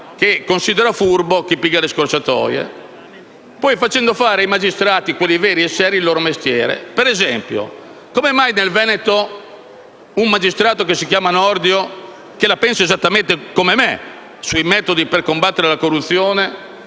che considera furbo chi prende scorciatoie. Poi si combatte facendo fare ai magistrati, quelli veri e seri, il loro mestiere. Ad esempio, in Veneto un magistrato che si chiama Nordio, che la pensa esattamente come me sui metodi per combattere la corruzione,